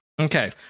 Okay